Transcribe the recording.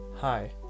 Hi